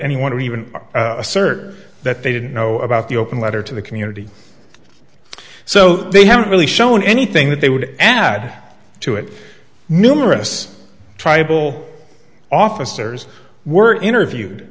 anyone would even assert that they didn't know about the open letter to the community so they haven't really shown anything that they would add to it numerous tribal officers were interviewed